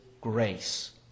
grace